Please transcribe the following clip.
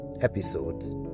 episodes